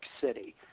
City